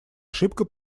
ошибка